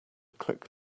click